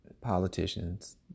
politicians